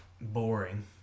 boring